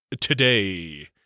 today